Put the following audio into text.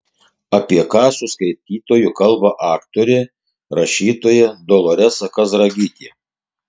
apie ką su skaitytoju kalba aktorė rašytoja doloresa kazragytė